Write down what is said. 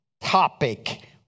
topic